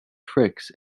tricks